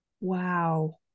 Wow